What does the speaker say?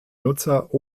nutzer